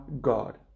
God